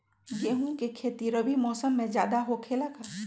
गेंहू के खेती रबी मौसम में ज्यादा होखेला का?